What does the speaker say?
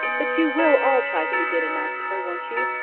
but you will all try to be good and nice to her, won't you?